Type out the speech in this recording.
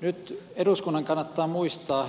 nyt eduskunnan